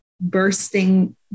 bursting